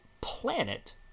Planet